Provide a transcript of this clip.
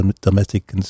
domestic